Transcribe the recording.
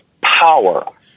power